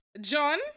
john